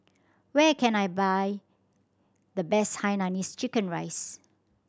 where can I buy the best hainanese chicken rice